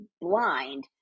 blind